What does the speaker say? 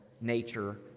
nature